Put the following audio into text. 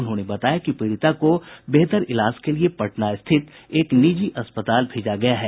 उन्होंने बताया कि पीड़िता को बेहतर इलाज के लिए पटना स्थित एक निजी अस्पताल भेजा गया है